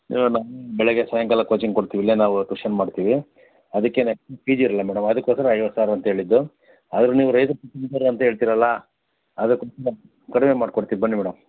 ನಮ್ಮ ಬೆಳಗ್ಗೆ ಸಾಯಂಕಾಲ ಕೋಚಿಂಗ್ ಕೊಡ್ತೀವಿ ಇಲ್ಲೇ ನಾವು ಟ್ಯೂಷನ್ ಮಾಡ್ತೀವಿ ಅದಕ್ಕೇನೇ ಫೀಸ್ ಇರಲ್ಲ ಮೇಡಮ್ ಅದಕ್ಕೋಸ್ಕರ ಐವತ್ತು ಸಾವಿರ ಅಂತೇಳಿದ್ದು ಆದರೂ ನೀವು ರೈತ್ರ ಕುಟುಂಬದೋರು ಅಂತ ಹೇಳ್ತೀರಲ್ಲ ಅದಕ್ಕೋಸ್ಕರ ಕಡಿಮೆ ಮಾಡಿಸಿಕೊಡ್ತೀವಿ ಬನ್ನಿ ಮೇಡಮ್